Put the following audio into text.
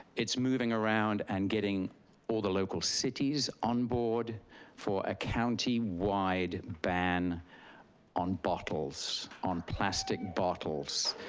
it's moving around and getting all the local cities onboard for a county-wide ban on bottles, on plastic bottles.